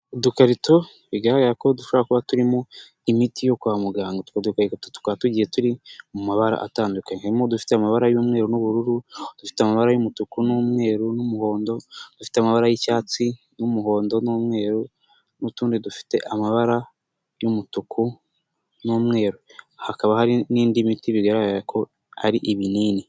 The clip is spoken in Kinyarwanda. udukarito bigaragara ko dushobora kuba turimo imiti yo kwa muganga. Utwo dukarito tukaba tugiye turi mu mabara atandukanye. Harimo udufite amabara y'umweru n'ubururu, udufite amabara y'umutuku n'umweru n'umuhondo, udufite amabara y'icyatsi n'umuhondo n'umweru n'utundi dufite amabara y'umutuku n'umweru. Hakaba hari n'indi miti bigaragara ko ari ibinini.